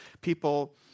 People